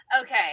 okay